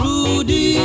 Rudy